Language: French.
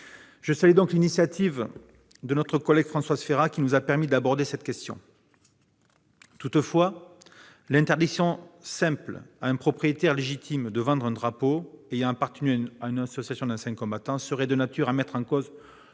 Je salue donc l'initiative de notre collègue Françoise Férat, qui nous a permis d'aborder cette question. Toutefois, interdire à son propriétaire légitime de vendre un drapeau ayant appartenu à une association d'anciens combattants serait de nature à mettre en cause